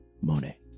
Monet